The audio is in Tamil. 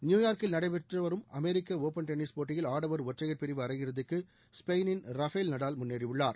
நியூயார்க்கில் நடைபெற்று வரும் அமெரிக்க ஓபன் டென்னிஸ் போட்டியில் ஆடவர் ஒற்றையர் பிரிவு அரையிறுதிக்கு ஸ்பெயினின் ரஃபேல் நடால் முன்னேறியுள்ளார்